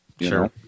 Sure